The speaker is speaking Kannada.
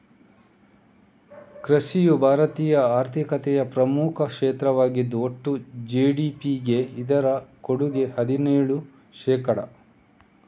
ಕೃಷಿಯು ಭಾರತೀಯ ಆರ್ಥಿಕತೆಯ ಪ್ರಮುಖ ಕ್ಷೇತ್ರವಾಗಿದ್ದು ಒಟ್ಟು ಜಿ.ಡಿ.ಪಿಗೆ ಇದರ ಕೊಡುಗೆ ಹದಿನೇಳು ಶೇಕಡಾ